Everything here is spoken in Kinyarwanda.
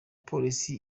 polisi